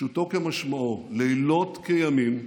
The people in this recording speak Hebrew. פשוטו כמשמעו, לילות כימים,